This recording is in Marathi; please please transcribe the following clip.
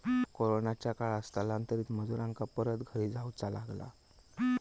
कोरोनाच्या काळात स्थलांतरित मजुरांका परत घरी जाऊचा लागला